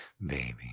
Baby